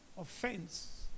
offense